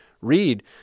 read